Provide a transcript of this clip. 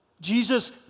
Jesus